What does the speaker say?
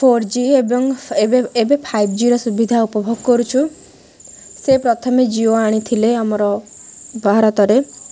four G ଏବଂ ଏବେ ଏବେ ଫାଇଭ୍ ଜି'ର ସୁବିଧା ଉପଭୋଗ କରୁଛୁ ସେ ପ୍ରଥମେ ଜିଓ ଆଣିଥିଲେ ଆମର ଭାରତରେ